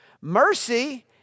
Mercy